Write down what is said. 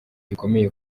gikomeye